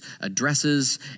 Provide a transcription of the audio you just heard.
addresses